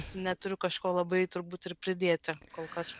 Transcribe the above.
neturiu kažko labai turbūt ir pridėti kol kas